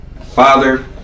father